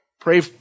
Pray